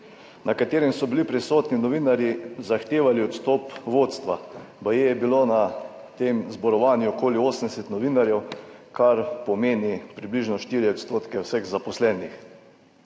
na katerem so bili prisotni novinarji, ki so zahtevali odstop vodstva. Baje je bilo na tem zborovanju okoli 80 novinarjev, kar pomeni približno 4 % vseh zaposlenih.